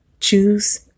Choose